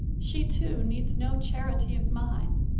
she, too, needs no charity of mine,